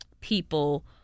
people